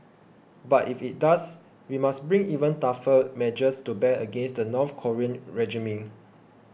but if it does we must bring even tougher measures to bear against the North Korean regime